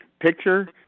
Picture